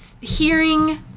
hearing